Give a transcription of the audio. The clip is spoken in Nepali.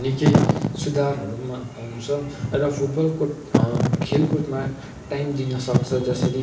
निकै सुधारहरूमा आउँछ र फुटबलको खेलकुदमा टाइम दिन सक्छ जसरी